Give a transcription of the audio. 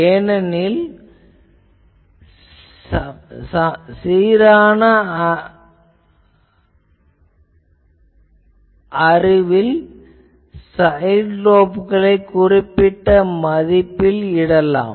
ஏனெனில் சீரான அறிவில் சைட் லோப்களை குறிப்பிட்ட மதிப்பில் இடலாம்